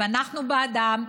ואנחנו בעדם,